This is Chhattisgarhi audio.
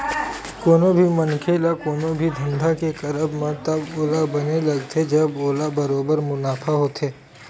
कोनो भी मनखे ल कोनो भी धंधा के करब म तब ओला बने लगथे जब ओला बरोबर मुनाफा होथे